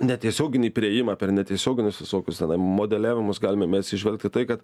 netiesioginį priėjimą per netiesioginius visokius tenai modeliavimus galime mes įžvelgti į tai kad